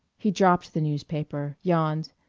he dropped the newspaper, yawned,